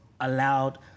allowed